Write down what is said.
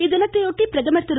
இத்தினத்தையொட்டி பிரதமர் திரு